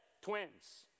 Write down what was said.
twins